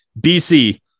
BC